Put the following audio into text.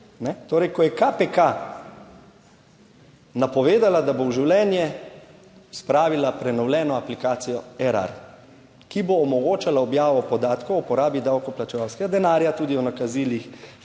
torej ko je KPK napovedala, da bo v življenje spravila prenovljeno aplikacijo Erar, ki bo omogočala objavo podatkov o porabi davkoplačevalskega denarja, tudi o nakazilih